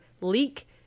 leak